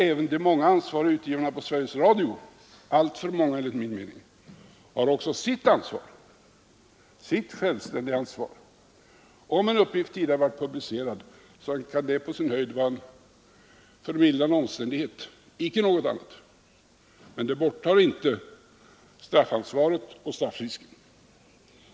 Även de många ansvariga utgivarna på Sveriges Radio — alltför många enligt min uppfattning — har sitt självständiga ansvar. Om en uppgift tidigare varit publicerad, kan det på sin höjd vara en förmildrande omständighet, inte något annat. Det borttar inte straffrisken och straffansvaret.